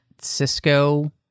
cisco